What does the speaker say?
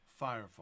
Firefall